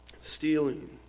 stealing